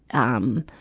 um,